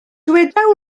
dyweda